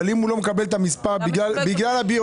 אבל אם הוא לא מקבל את המספר בגלל הבירוקרטיה,